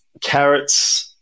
Carrots